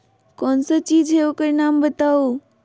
कौन सा चीज है ओकर नाम बताऊ?